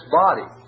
body